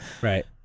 Right